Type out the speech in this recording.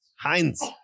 Heinz